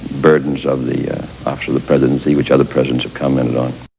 burdens of the absolute presidency which other presidents have commented on.